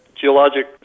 geologic